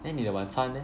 then 你的晚餐 eh